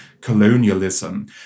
colonialism